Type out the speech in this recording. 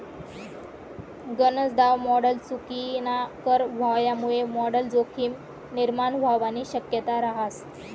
गनज दाव मॉडल चुकीनाकर व्हवामुये मॉडल जोखीम निर्माण व्हवानी शक्यता रहास